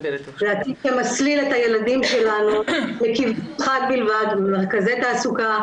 זה עתיד שמסליל את הילדים שלנו לכיוון אחד בלבד במרכזי תעסוקה,